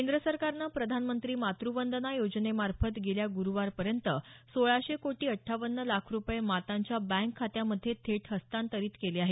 केंद्र सरकारनं प्रधानमंत्री मातवंदना योजनेमार्फत गेल्या गुरुवारपर्यंत सोळाशे कोटी अठ्ठावन लाख रुपये मातांच्या बँक खात्यांमधे थेट हस्तांतरित केले आहेत